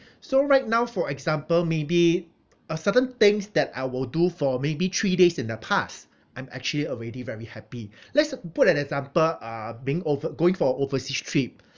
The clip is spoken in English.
so right now for example maybe a certain things that I will do for maybe three days in the past and actually already very happy let's put an example uh being over going for overseas trip